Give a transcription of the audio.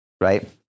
right